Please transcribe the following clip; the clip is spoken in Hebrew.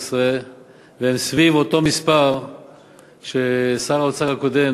והם סביב אותו מספר ששר האוצר הקודם,